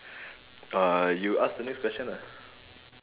uh you ask the next question ah